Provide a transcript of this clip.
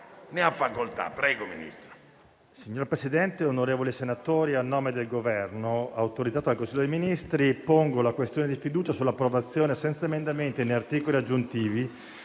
Signor Presidente, onorevoli senatori, a nome del Governo, autorizzato dal Consiglio dei ministri, pongo la questione di fiducia sull'approvazione, senza emendamenti né articoli aggiuntivi,